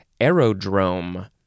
aerodrome